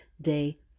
day